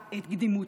קדימות,